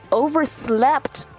overslept